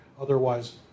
otherwise